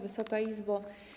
Wysoka Izbo!